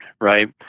right